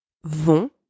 vont